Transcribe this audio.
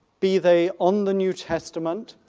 be they on the new testament,